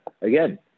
again